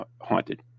Haunted